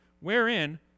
wherein